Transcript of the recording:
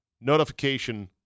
notification